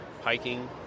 hiking